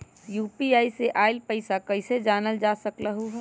UPI से आईल पैसा कईसे जानल जा सकहु?